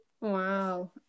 wow